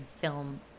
film